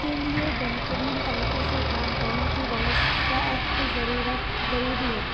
کے لیے بہترین طریقے سے کام کرنے کی بہت سخت ضرورت ضروری ہے